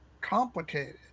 complicated